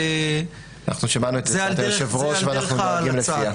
אנחנו שמענו את עצת היושב-ראש ואנחנו נוהגים לפיה.